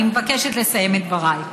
אני מבקשת לסיים את דבריי.